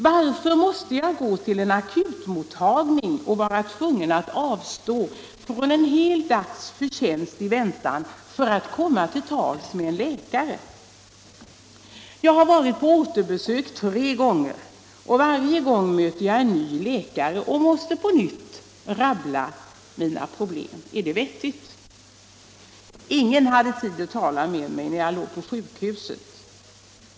Varför måste jag gå till en akutmottagning och vara tvungen att avstå från en hel dags förtjänst i väntan på att komma till tals med en läkare? Jag har varit på återbesök tre gånger och varje gång möter jag en ny läkare och måste på nytt rabbla mina problem. Är det vettigt? Ingen hade tid att tala med mig när jag låg på sjukhuset.